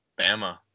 Bama